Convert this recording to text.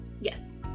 Yes